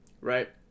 Right